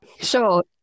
Sure